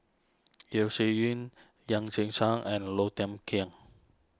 Yeo Shih Yun Yan Qing Chang and Low Thia Khiang